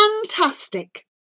Fantastic